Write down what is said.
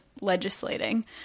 legislating